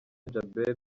djabel